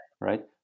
right